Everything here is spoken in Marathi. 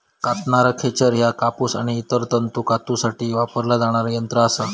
कातणारा खेचर ह्या कापूस आणि इतर तंतू कातूसाठी वापरला जाणारा यंत्र असा